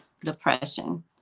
depression